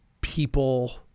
people